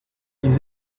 ils